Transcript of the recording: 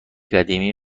قدیمی